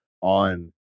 on